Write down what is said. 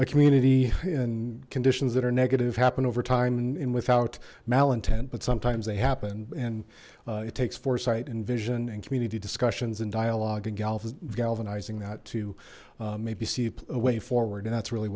a community in conditions that are negative happened over time and without mal intent but sometimes they happen and it takes foresight and vision and community discussions and dialogue and galvis galvanizing that to maybe see a way forward and that's really